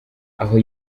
aho